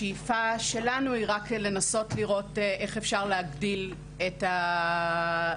השאיפה שלנו היא רק לנסות לראות איך אפשר להגדיל את המענק.